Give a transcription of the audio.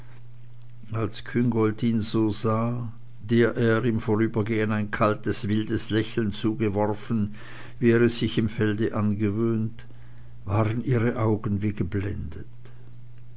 als küngolt ihn so sah der er im vorübergehn ein kaltes wildes lächeln zugeworfen wie er es sich im felde angewöhnt waren ihre augen wie geblendet